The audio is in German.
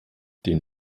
den